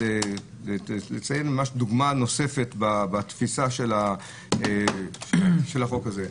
דוגמה נוספת בתפיסה של החוק הזה.